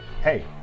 hey